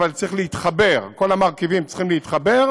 אבל כל המרכיבים צריכים להתחבר,